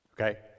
Okay